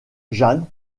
jeanne